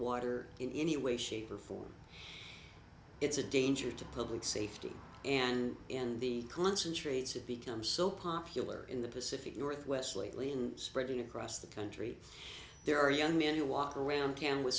water in any way shape or form it's a danger to public safety and in the concentrates have become so popular in the pacific northwest lately in spreading across the country there are young men you walk around town with